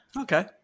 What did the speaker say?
Okay